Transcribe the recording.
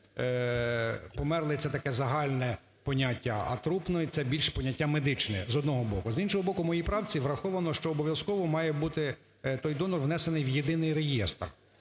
померлий – це таке загальне поняття, а трупний – це більш поняття медичне, з одного боку. З іншого боку, у моїй правці враховано, що обов'язково має бути той донор внесений в єдиний реєстр,